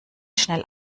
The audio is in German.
schnell